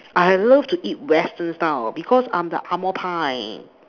I love to eat Western style because I'm the angmoh pai